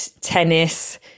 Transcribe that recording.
tennis